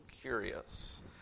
curious